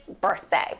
birthday